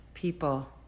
people